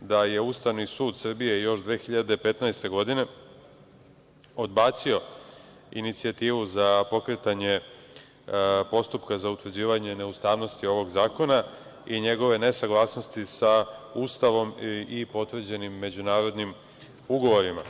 da je Ustavni sud Srbije još 2015. godine odbacio inicijativu za pokretanje postupka za utvrđivanje neustavnosti ovog zakona i njegove nesaglasnosti sa Ustavom i potvrđenim međunarodnim ugovorima.